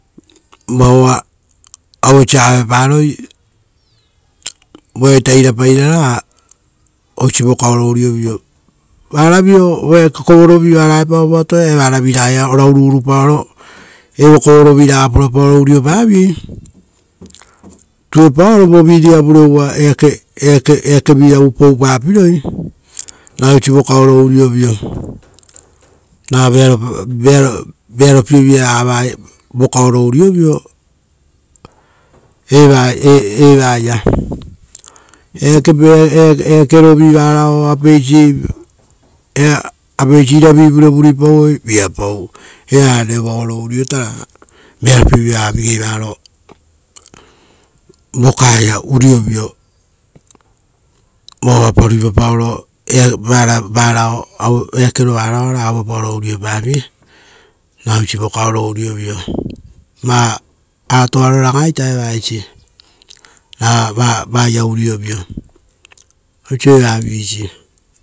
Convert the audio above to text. Vao oa auesa aueparoi, voeaso ita irapairara ragaa oisi vakoro uriovio. Vara vio eake kovoro vi varao oraepao vo atoia eva ra ragaia ora uru uru paoro kovoro viraga pura paoro uriopa viei. Tuepaoro voviri avure ura eake eake vi avu poupa piro, ra oisi vokaoro uriovio. Ra vearo pie vira ragaia vakaoro urio vio, eva ia. Eake rovi varao apeisi ea- ira vivure vuripauei, viapau, evare orau oro uriota ra vearo pie vira raga vegei, varo, voka ia uriovio vao opa ruipaparo. varavara eakero varao ora aue paro uriopa vie, ra oisi vokaoro uriovio. Va atoo aro ragaita eva eisi, raa vaia uriovio. Oiso eva eisi.